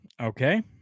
okay